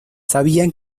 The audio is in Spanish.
sabían